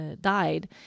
died